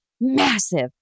massive